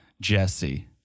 jesse